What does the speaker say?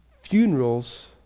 funerals